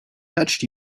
touched